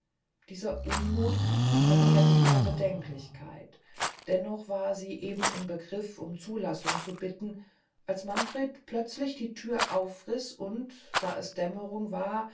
dieser unmuth vermehrte ihre bedenklichkeit dennoch war sie eben im begrif um zulassung zu bitten als manfred plötzlich die thür aufriß und da es dämmerung war